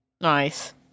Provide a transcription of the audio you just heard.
Nice